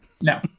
No